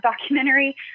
documentary